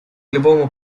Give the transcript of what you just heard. любому